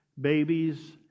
babies